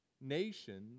nations